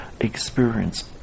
experience